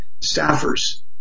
staffers